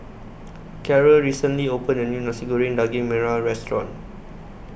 Caryl recently opened A New Nasi Goreng Daging Merah Restaurant